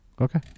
Okay